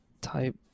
type